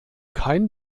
kein